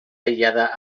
aïllada